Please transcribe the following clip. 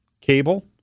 cable